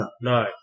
No